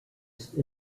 used